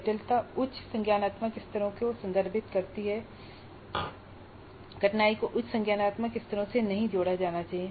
जटिलता उच्च संज्ञानात्मक स्तरों को संदर्भित करती है कठिनाई को उच्च संज्ञानात्मक स्तरों से नहीं जोड़ा जाना चाहिए